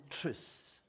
truth